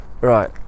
Right